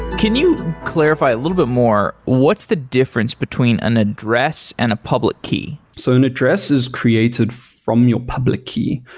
can you clarify a little bit more, what's the difference between an address and a public key? so an address is created from your public key.